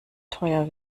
teuer